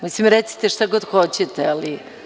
Mislim, recite šta god hoćete, ali